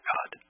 God